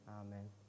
Amen